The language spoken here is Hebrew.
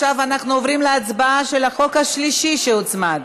עכשיו אנחנו עוברים להצבעה של החוק השלישי שהוצמד.